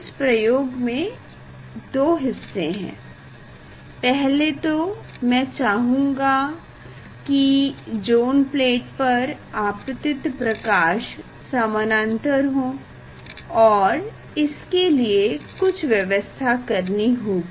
इस प्रयोग में दो हिस्से हैं पहले तो मै चाहूंगी कि ज़ोन प्लेट पर आपतित प्रकाश समानांतर हो और इसके लिए कुछ व्यवस्था करनी होगी